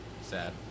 Sad